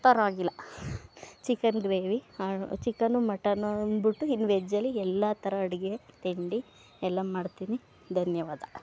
ಪರವಾಗಿಲ್ಲ chicken gravy chicken mutton ಒಂದ್ಬಿಟ್ಟು ಇನ್ ವೆಜ್ಜಲ್ಲಿ ಎಲ್ಲ ಥರ ಅಡುಗೆ ತಿಂಡಿ ಎಲ್ಲ ಮಾಡ್ತೀನಿ ಧನ್ಯವಾದ